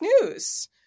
News